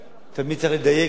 תמיד צריך לדייק ולהיות,